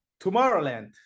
Tomorrowland